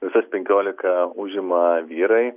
visas penkiolika užima vyrai